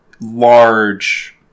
large